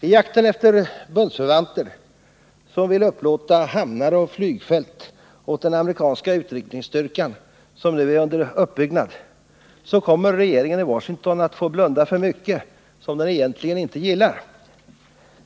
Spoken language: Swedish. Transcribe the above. I jakten efter bundsförvanter, som vill upplåta hamnar och flygfält åt den amerikanska utryckningsstyrka som nu är under uppbyggnad, kommer regeringen i Washington att få blunda för mycket som den egentligen inte gillar.